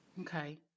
Okay